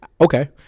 Okay